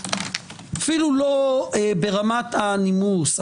אפילו לא ברמת הנימוס,